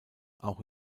auch